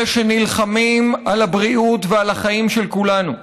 אלה שנלחמים על הבריאות ועל החיים של כולנו,